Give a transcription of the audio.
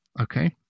okay